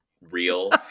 real